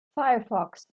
firefox